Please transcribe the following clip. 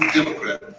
Democrat